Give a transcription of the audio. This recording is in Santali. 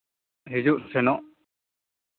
ᱦᱤᱡᱩᱜ ᱥᱮᱱᱚᱜ